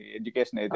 education